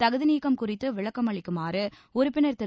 தகுதிநீக்கம் குறித்து விளக்கம் அளிக்குமாறு உறுப்பினர் திரு